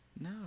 No